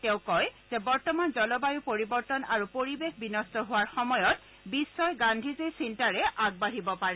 তেওঁ কয় যে বৰ্তমান জলবায়ু পৰিৱৰ্তন আৰু পৰিৱেশ বিন্ট হোৱাৰ সময়ত বিধই গান্ধীজীৰ চিন্তাৰে আগবাঢ়িব পাৰে